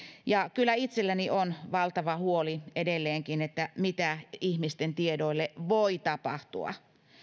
ja kyllä itselläni on valtava huoli edelleenkin siitä mitä ihmisten tiedoille voi tapahtua